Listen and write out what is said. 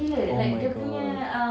oh my god